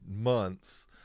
months